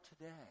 today